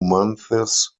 months